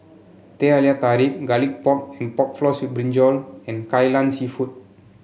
Teh Halia Tarik Garlic Pork Pork Floss with Brinjal and Kai Lan seafood